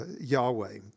Yahweh